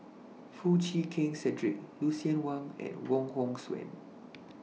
Foo Chee Keng Cedric Lucien Wang and Wong Hong Suen